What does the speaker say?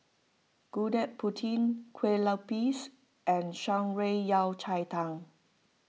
Gudeg Putih Kueh Lupis and Shan Rui Yao Cai Tang